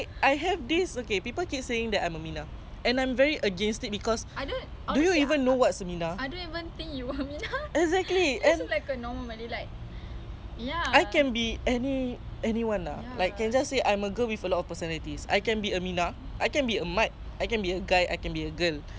I can be a minah I can be a mat I can be a guy I can be a girl I can be bias I can be not you know but then is like that's my life and people keep judging me for that is like okay this is my life not yours and allah give me this life is not for you to judge and not for me to macam you know like judge people or for you to judge me